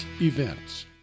Events